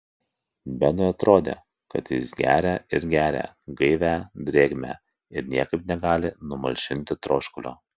benui atrodė kad jis geria ir geria gaivią drėgmę ir niekaip negali numalšinti troškulio